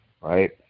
right